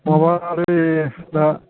माबा लै दा